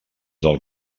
del